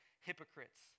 hypocrites